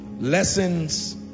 lessons